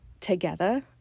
together